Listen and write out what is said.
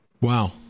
wow